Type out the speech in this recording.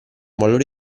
valore